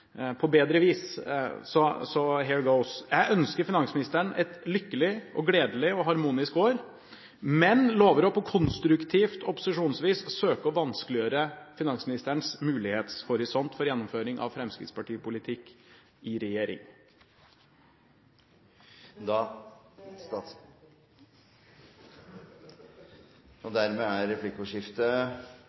på bedre vis, så «here goes»: Jeg ønsker finansministeren et lykkelig, gledelig og harmonisk år, men lover på konstruktivt opposisjonsvis å søke å vanskeliggjøre finansministerens mulighetshorisont for gjennomføring av Fremskrittsparti-politikk i regjering. Det ser jeg frem til. Replikkordskiftet er